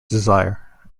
desire